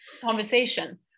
conversation